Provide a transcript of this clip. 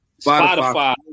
Spotify